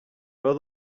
veu